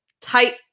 Tight